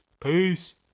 Peace